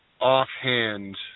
offhand